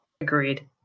Agreed